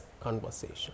conversation